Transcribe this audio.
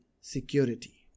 security